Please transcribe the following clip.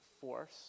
force